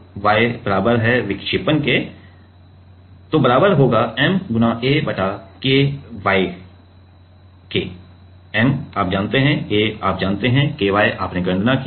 तो y बराबर है विक्षेपण के बराबर है m a बटा Ky तो m आप जानते हैं a आप जानते हैं और Ky आपने गणना की है